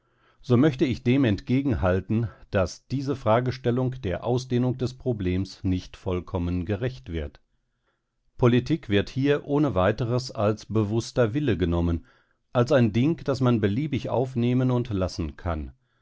so möchte ich dem entgegenhalten daß diese fragestellung der ausdehnung des problems nicht vollkommen gerecht wird politik wird hier ohne weiteres als bewußter wille genommen als ein ding das man beliebig aufnehmen und lassen kann